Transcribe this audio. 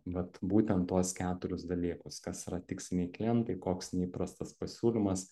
vat būtent tuos keturius dalykus kas yra tiksliniai klientai koks neįprastas pasiūlymas